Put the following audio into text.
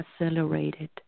accelerated